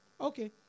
okay